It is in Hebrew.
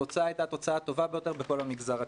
התוצאה הייתה התוצאה הטובה ביותר בכל המגזר הציבורי.